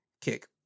kick